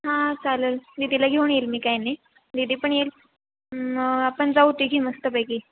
हां चालेल दीदीला घेऊन येईल मी काय नाही दीदी पण येईल मग आपण जाऊ तिघी मस्तपैकी